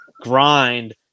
grind